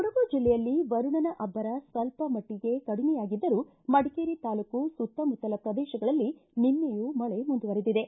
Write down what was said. ಕೊಡಗು ಜಿಲ್ಲೆಯಲ್ಲಿ ವರುಣನ ಅಬ್ಬರ ಸ್ವಲ್ಪ ಮಟ್ಟಗೆ ಕಡಿಮೆಯಾಗಿದ್ದರೂ ಮಡಿಕೇರಿ ತಾಲ್ಲೂಕು ಸುತ್ತಮುತ್ತಲ ಪ್ರದೇಶಗಳಲ್ಲಿ ನಿನ್ನೆಯೂ ಮಳೆ ಮುಂದುವರೆದಿದೆ